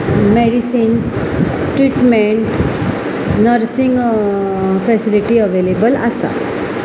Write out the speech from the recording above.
medicines treatment nursing facility available आसा